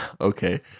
Okay